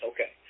Okay